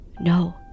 No